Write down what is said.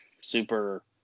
super